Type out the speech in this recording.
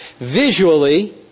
visually